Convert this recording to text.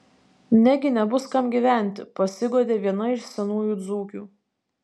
negi nebus kam gyventi pasiguodė viena iš senųjų dzūkių